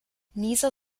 nieser